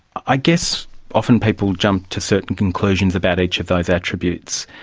i guess often people jump to certain conclusions about each of those attributes,